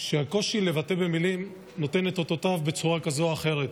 שהקושי שלהם להתבטא במילים נותן את אותותיו בצורה כזאת או אחרת.